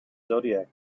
zodiac